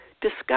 discuss